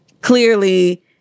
clearly